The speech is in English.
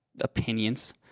opinions